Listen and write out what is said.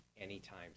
anytime